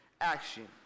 Action